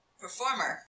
performer